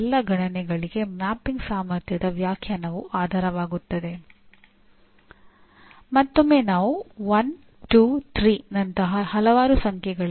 ಇವು 2015 ರ ನಂತರದ ಮಾನ್ಯತೆಯ ಮೂಲ ಲಕ್ಷಣಗಳು